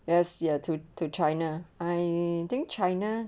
yes y to to china I think china